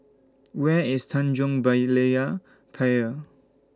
Where IS Tanjong Berlayer Pier